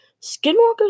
Skinwalkers